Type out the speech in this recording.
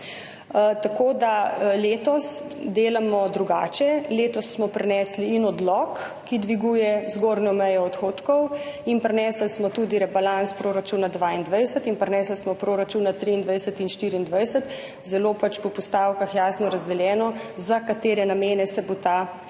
Tako da letos delamo drugače. Letos smo prinesli in odlok, ki dviguje zgornjo mejo odhodkov, in prinesli smo tudi rebalans proračuna 2022 in prinesli smo proračuna 2023 in 2024, po postavkah zelo jasno razdeljeno, za katere namene se bo ta denar